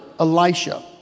Elisha